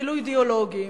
אפילו אידיאולוגים,